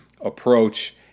approach